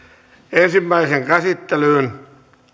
ensimmäiseen käsittelyyn